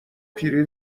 پیری